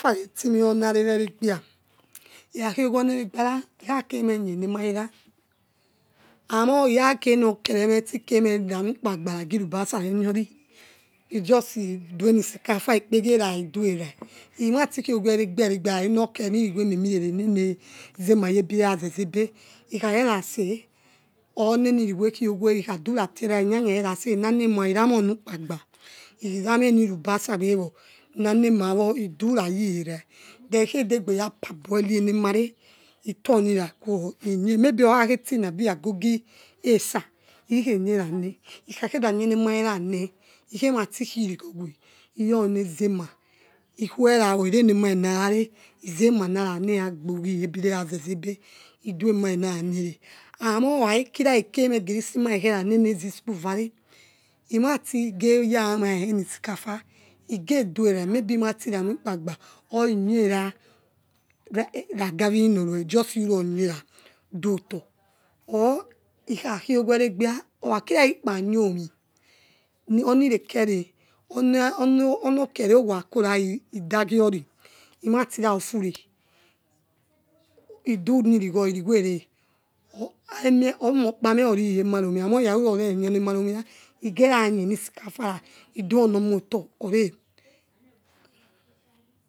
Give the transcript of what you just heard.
Emalo letimewor nale elegbia, ikhakho gwo onelegbiala ikhakheme kyena male la, omohi khagenokeleme itsi kelemoh wola alubasa lagu ukpakpa yono omhie e just juo ni sikafa ikpekhelawo idula yerai, ilatikhogwe elegbiah elegbiahi lalinokelemeh nilikho namiemelele nana zema yebilayaze zabeh ikharolase or nani ilukho ekhogwe ikha dulafe erai nyan nyan lelase inanama elamonu ukpakpa elamienulubasa gbewor inanamawo idulayorai then okhedogbeya pabail enamale e turni laguore maybe huhakhe tsefe agogo esa ikhemayelana hikhakhe da nyena malelana ikhelati khio lagwe hiyona zema ikhuelawor ikheremalenalale ezemanila naya gba ughia ebilelaze zebeh iduamalenilanale or khehadakele mele se malenila khehazi school vare emati geyamanisikafa igeduarai maybe ilatiya lami ukpakpa or e nyela nabi nwili nolueh justi lulo nyela duotor or ikhakhogwe elegbiah or okhakila ikpo nyomi onile kele onokore okhohu khakola idagiolo imahti ra fufule iduni ihikho ilikho ele